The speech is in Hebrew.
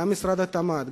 גם משרד התמ"ת,